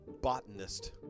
Botanist